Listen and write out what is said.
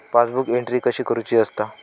Passbook entry कशी करुची असता?